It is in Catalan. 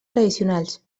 tradicionals